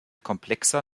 komplexer